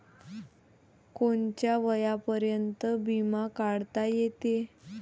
कोनच्या वयापर्यंत बिमा काढता येते?